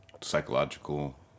psychological